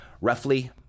roughly